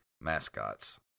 mascots